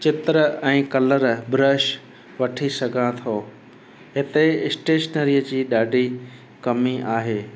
चित्र ऐं colour brush वठी सघां थो हिते स्टेशनरीअ जी ॾाढी कमी आहे